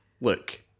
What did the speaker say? Look